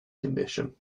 condition